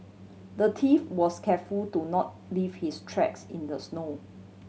the thief was careful to not leave his tracks in the snow